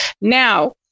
Now